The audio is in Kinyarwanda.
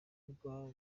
bwo